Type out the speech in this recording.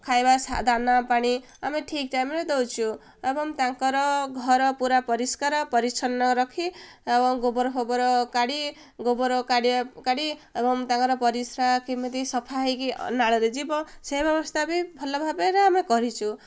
ଖାଇବା ଦାନା ପାଣି ଆମେ ଠିକ୍ ଟାଇମ୍ରେ ଦେଉଛୁ ଏବଂ ତାଙ୍କର ଘର ପୁରା ପରିଷ୍କାର ପରିଚ୍ଛନ୍ନ ରଖି ଏବଂ ଗୋବର ଫୋବର କାଢ଼ି ଗୋବର କାଢ଼ି ଏବଂ ତାଙ୍କର ପରିଶ୍ରା କେମିତି ସଫା ହେଇକି ନାଳରେ ଯିବ ସେ ବ୍ୟବସ୍ଥା ବି ଭଲ ଭାବରେ ଆମେ କରିଛୁ